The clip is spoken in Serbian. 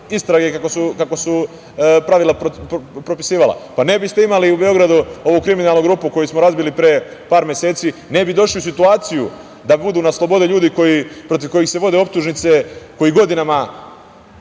istrage kako su pravila propisivala, pa ne biste imali u Beogradu ovu kriminalnu grupu koju smo razbili pre par meseci, ne bi došli u situaciju da budu na slobodi ljudi protiv kojih se vode optužnice, koji godinama